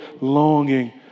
longing